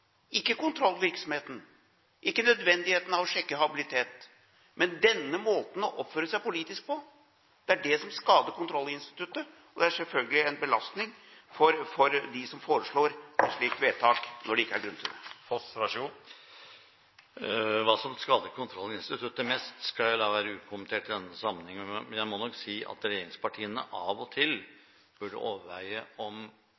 ikke kontrollvirksomheten, ikke nødvendigheten av å sjekke habilitet. Men denne måten å oppføre seg på politisk er det som skader kontrollinstituttet, og det er selvfølgelig en belastning for dem som foreslår et slikt vedtak når det ikke er grunn til det. Hva som skader kontrollinstituttet mest, skal jeg la være ukommentert i denne sammenheng, men jeg må nok si at regjeringspartiene av og til burde overveie om